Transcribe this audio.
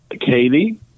Katie